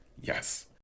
Yes